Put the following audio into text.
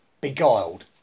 beguiled